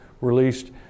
released